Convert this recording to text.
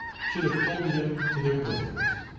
should have folded him to their bosoms.